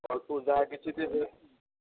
ଅଳ୍ପ ଯାହା କିଛି ଦେବେ